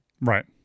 Right